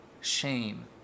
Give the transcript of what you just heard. shame